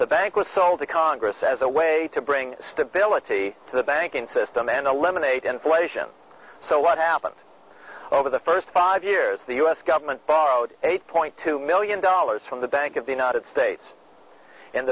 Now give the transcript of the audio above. the bank was sold to congress as a way to bring stability to the banking system and eliminate inflation so what happened over the first five years the u s government borrowed eight point two million dollars from the bank of the united states